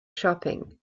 shopping